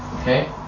Okay